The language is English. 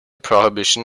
prohibition